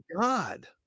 God